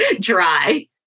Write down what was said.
dry